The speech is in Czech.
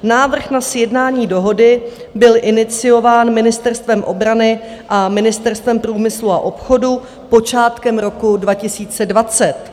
Návrh na sjednání dohody byl iniciován Ministerstvem obrany a Ministerstvem průmyslu a obchodu počátkem roku 2020.